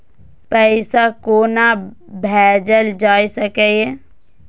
पैसा कोना भैजल जाय सके ये